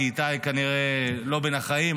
כי איתי כנראה לא בין החיים,